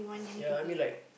ya I mean like